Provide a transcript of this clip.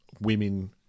women